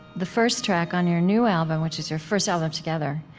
the first track on your new album, which is your first album together,